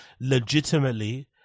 legitimately